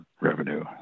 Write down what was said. revenue